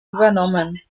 übernommen